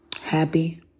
happy